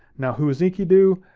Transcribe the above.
now, who is enkidu?